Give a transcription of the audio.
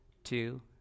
Two